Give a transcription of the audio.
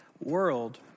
world